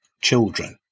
children